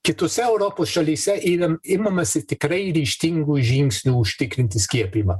kitose europos šalyse yra imamasi tikrai ryžtingų žingsnių užtikrinti skiepijimą